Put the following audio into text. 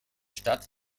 stadt